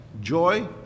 joy